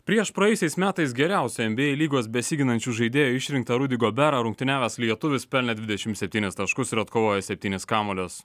prieš praėjusiais metais geriausią en by ei lygos besiginančių žaidėjų išrinktą rudy goberą rungtyniavęs lietuvis pelnė dvidešimt septynis taškus ir atkovojo septynis kamuolius